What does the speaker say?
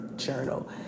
Journal